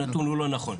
הנתון הוא לא נכון.